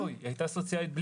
הייתה סוציאלית בלי